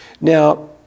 Now